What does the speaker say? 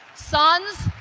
sons,